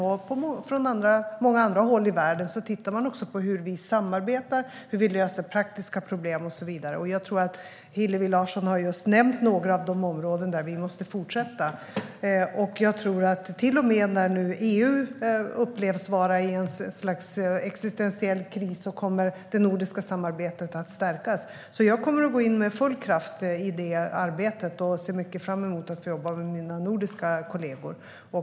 Även från många andra håll i världen tittar man på hur vi samarbetar, hur vi löser praktiska problem och så vidare. Hillevi Larsson har just nämnt några områden där vi måste fortsätta samarbeta. Och nu när EU upplevs vara i en slags existentiell kris kommer det nordiska samarbetet att stärkas. Jag kommer att gå in med full kraft i det arbetet och ser mycket fram emot att jobba med mina nordiska kollegor.